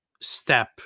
step